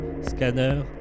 Scanner